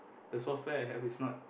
the software I have is not